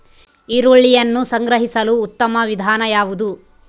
ಈರುಳ್ಳಿಯನ್ನು ಸಂಗ್ರಹಿಸಲು ಉತ್ತಮ ವಿಧಾನ ಯಾವುದು?